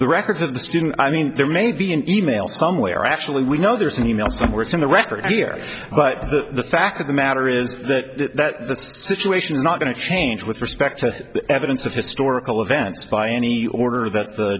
the records of the student i mean there may be an e mail somewhere actually we know there's an e mail somewhere some the record here but the fact of the matter is that the situation is not going to change with respect to evidence of historical events by any order that